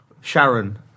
Sharon